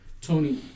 Tony